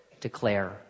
declare